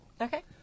Okay